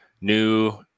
new